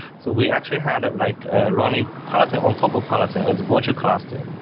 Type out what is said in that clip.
so we actually had like running peloton on top of peloton as a virtual cluster,